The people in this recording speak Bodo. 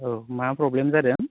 औ मा प्रब्लेम जादों